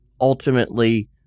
ultimately